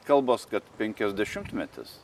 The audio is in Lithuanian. kalbos kad penkiasdešimtmetis